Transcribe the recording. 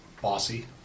Bossy